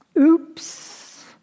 Oops